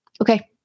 Okay